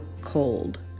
cold